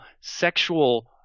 sexual